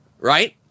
Right